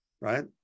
Right